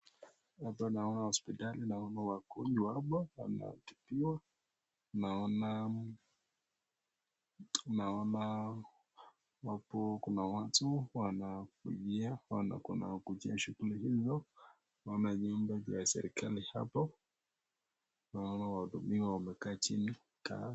Hapa naona hosipitali, naona wagonjwa hapa anatibiwa, naona...naona.. hapo kuna watu wanainjia, naona wanakujia shughuli hiyo, naona jimbo za serekali pia hapo. Naona wahudumiwa wamekaa chini..